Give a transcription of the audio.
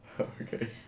Okay